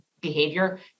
behavior